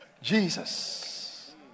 Jesus